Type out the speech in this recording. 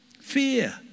Fear